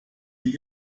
die